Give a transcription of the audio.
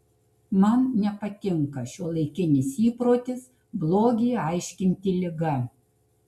man nepatinka šiuolaikinis įprotis blogį aiškinti liga